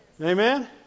Amen